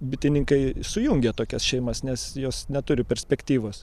bitininkai sujungia tokias šeimas nes jos neturi perspektyvos